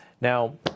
Now